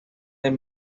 del